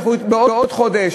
איך הוא יתמודד בעוד חודש?